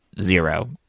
zero